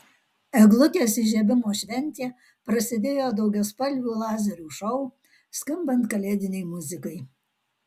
eglutės įžiebimo šventė prasidėjo daugiaspalvių lazerių šou skambant kalėdinei muzikai